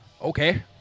Okay